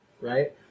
right